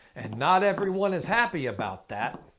and not everyone is happy about that.